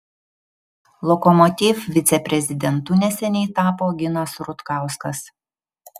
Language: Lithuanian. lokomotiv viceprezidentu neseniai tapo ginas rutkauskas